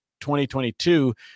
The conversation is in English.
2022